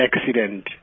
accident